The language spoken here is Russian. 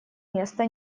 место